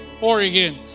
Oregon